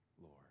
Lord